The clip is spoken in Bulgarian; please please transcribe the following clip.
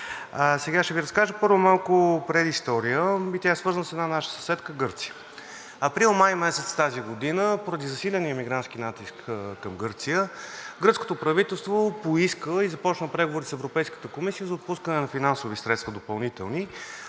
Сега ще Ви разкажа, първо, малко предистория и тя е свързана с една наша съседка Гърция. Април-май месец 2022 г. поради засиления имигрантски натиск към Гърция гръцкото правителство поиска и започна преговори с Европейската комисия за отпускане на допълнителни